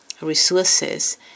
resources